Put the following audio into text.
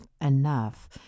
enough